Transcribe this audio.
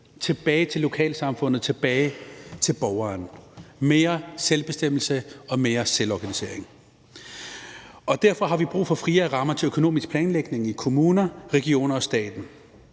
tilbage til lokalsamfundet, tilbage til borgeren, mere selvbestemmelse og mere selvorganisering. Derfor har vi brug for friere rammer til økonomisk planlægning i kommunerne, regionerne og staten.